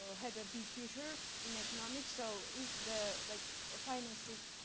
so had a big future? in economics? so. is the like final like